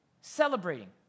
celebrating